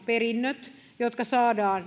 perinnöissä joita saadaan